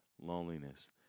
loneliness